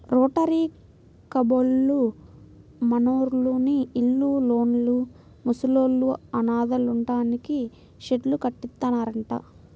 rotary కబ్బోళ్ళు మనూర్లోని ఇళ్ళు లేనోళ్ళు, ముసలోళ్ళు, అనాథలుంటానికి షెడ్డు కట్టిత్తన్నారంట